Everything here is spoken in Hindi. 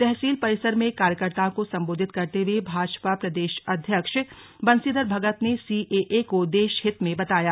तहसील परिसर में कर्यकर्ताओं को संबोधित करते हुए भाजपा प्रदेश अध्यक्ष बंशीधर भगत ने सीएए को देश हित में बताया